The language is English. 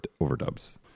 overdubs